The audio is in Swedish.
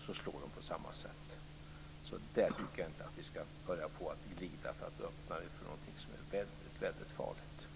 slår det på samma sätt. Där tycker jag inte att vi ska börja glida och öppna upp för något som är väldigt farligt.